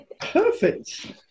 Perfect